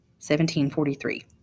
1743